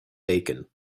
bacon